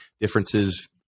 differences